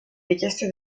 richieste